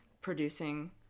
producing